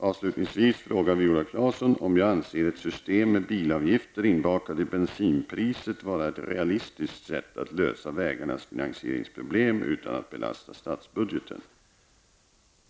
Avslutningsvis frågar Viola Claesson om jag anser ett system med bilavgifter inbakade i bensinpriset vara ett realistiskt sätt att lösa vägarnas finansieringsproblem utan att belasta statsbudgeten.